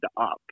up